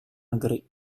negeri